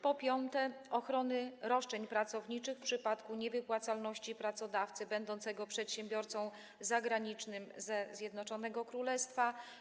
Po piąte, ochrony roszczeń pracowniczych w przypadku niewypłacalności pracodawcy będącego przedsiębiorcą zagranicznym ze Zjednoczonego Królestwa.